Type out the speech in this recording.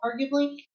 arguably